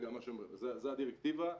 זה הדירקטיבה,